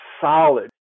solid